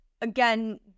again